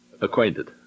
acquainted